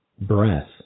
breath